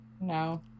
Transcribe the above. no